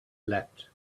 leapt